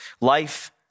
Life